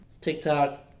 TikTok